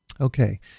Okay